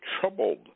troubled